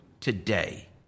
today